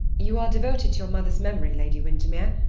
you are devoted to your mother's memory, lady windermere,